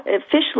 officially